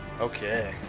Okay